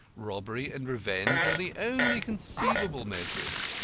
robbery and revenge are the only conceivable motives.